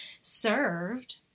served